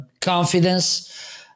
confidence